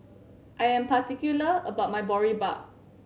I am particular about my Boribap